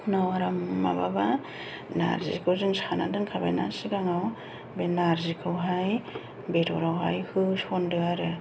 उनाव आराम माबाबा नारजिखौ जों साना दोनखाबायना सिगाङाव ओमफ्राय नारजिखौहाय बेदरावहाय होसनदो आरो